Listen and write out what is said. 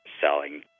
selling